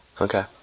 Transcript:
okay